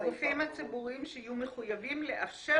הגופים הציבוריים שיהיו מחויבים לאפשר